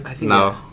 No